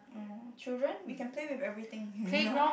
no children we can play with everything